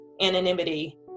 anonymity